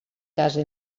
casa